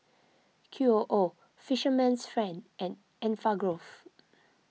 Q O O Fisherman's Friend and Enfagrow